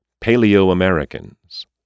Paleo-Americans